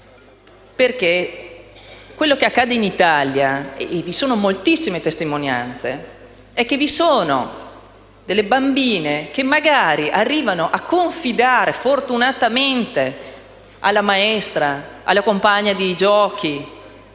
Ciò che accade in Italia - e vi sono moltissime testimonianze al riguardo - è che vi sono delle bambine che magari arrivano a confidare, fortunatamente, alla maestra o alla compagna di giochi